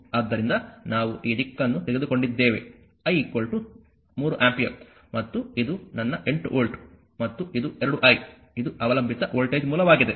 ಆದ್ದರಿಂದ ನಾವು ಈ ದಿಕ್ಕನ್ನು ತೆಗೆದುಕೊಂಡಿದ್ದೇವೆ I 3 ಆಂಪಿಯರ್ ಮತ್ತು ಇದು ನನ್ನ 8 ವೋಲ್ಟ್ ಮತ್ತು ಇದು 2I ಇದು ಅವಲಂಬಿತ ವೋಲ್ಟೇಜ್ ಮೂಲವಾಗಿದೆ